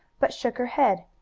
but shook her head.